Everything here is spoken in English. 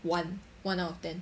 one one out of ten